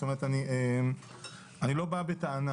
זאת אומרת אני לא בא בטענה,